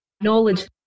knowledge